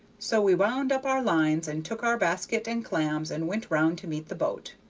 so we wound up our lines, and took our basket and clams and went round to meet the boat.